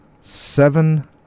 seven